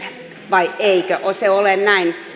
vai eikö se ole näin